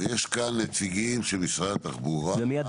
יש כאן נציגים של משרד התחבורה.